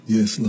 Yes